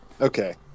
okay